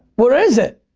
where is it?